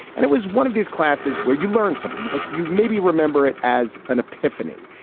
and it was one of these classes where you learned something you'd like. you maybe remember it as an epiphany.